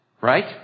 right